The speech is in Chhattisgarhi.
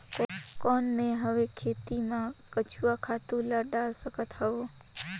कौन मैं हवे खेती मा केचुआ खातु ला डाल सकत हवो?